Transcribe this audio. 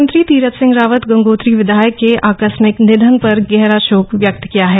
मुख्यमंत्री तीरथ सिंह रावत गंगोत्री विधायक के आकस्मिक निधन पर गहरा शोक व्यक्त किया है